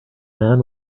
man